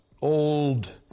old